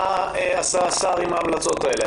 מה עשה השר עם ההמלצות האלה?